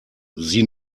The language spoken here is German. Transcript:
sie